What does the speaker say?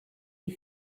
die